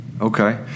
Okay